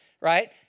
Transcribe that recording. Right